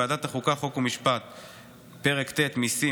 ועדת החוץ והביטחון: פרק ח' גמלאות וקצבת גישור,